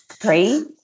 great